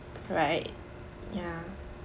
right ya